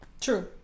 True